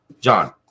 John